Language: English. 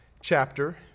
chapter